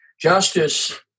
Justice